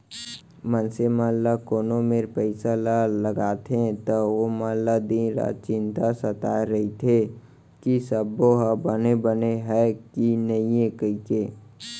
मनसे मन ह कोनो मेर पइसा ल लगाथे त ओमन ल दिन रात चिंता सताय रइथे कि सबो ह बने बने हय कि नइए कइके